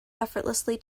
effortlessly